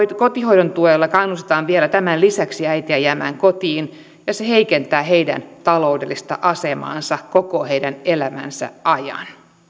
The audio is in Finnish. kotihoidon tuella kannustetaan vielä tämän lisäksi äitejä jäämään kotiin ja se heikentää heidän taloudellista asemaansa koko heidän elämänsä ajan